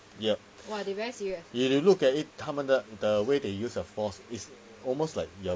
ya if you look at it 他们 the way they use the force is almost like you're